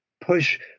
push